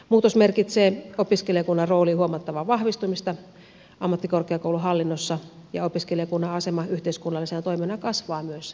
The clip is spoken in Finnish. muutos merkitsee opiskelijakunnan roolin huomattavaa vahvistumista ammattikorkeakouluhallinnossa ja opiskelijakunnan asema yhteiskunnallisena toimijana kasvaa myös nykyisestä